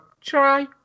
Try